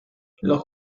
los